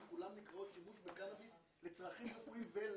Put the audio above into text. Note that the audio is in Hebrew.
כולן נקראות שימוש בקנאביס לצרכים רפואיים ולמחקר.